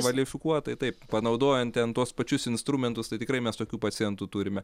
kvalifikuotai taip panaudojant ten tuos pačius instrumentus tai tikrai mes tokių pacientų turime